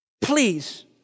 please